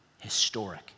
historic